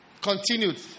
Continued